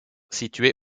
situé